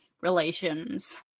relations